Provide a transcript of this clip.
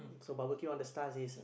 so barbecue on the stars is